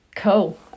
Cool